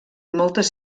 moltes